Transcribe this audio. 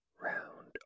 round